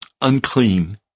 unclean